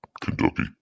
Kentucky